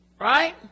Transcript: right